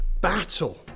battle